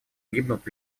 гибнут